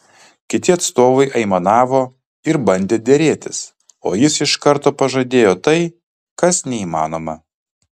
kiti atstovai aimanavo ir bandė derėtis o jis iš karto pažadėjo tai kas neįmanoma